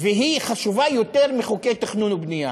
והיא חשובה יותר מחוקי תכנון ובנייה.